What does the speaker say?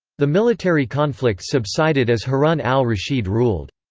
the military conflicts subsided as harun al-rashid ruled.